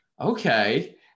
Okay